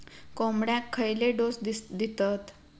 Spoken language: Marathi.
कोंबड्यांक खयले डोस दितत?